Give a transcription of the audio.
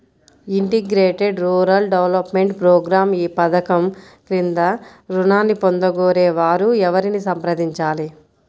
Integrated rural development program ఈ పధకం క్రింద ఋణాన్ని పొందగోరే వారు ఎవరిని సంప్రదించాలి?